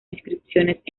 inscripciones